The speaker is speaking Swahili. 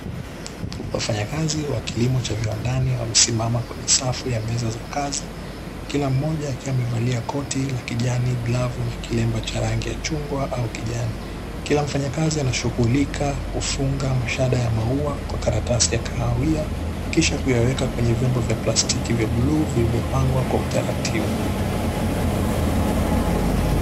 Wafanyakazi wa kilimo cha viwandani wamesimama kwenye safu ya meza za kazi. Kila mmoja akiwa amevalia koti la kijani, glavu, na kilemba cha rangi ya chungwa au kijani. Kila mfanyakazi anashughulika kufunga mashada ya maua, kwa karatasi ya kahawia, kisha kuyaweka kwenye vyombo vya plastiki vya bluu vilivyopangwa kwa utaratibu.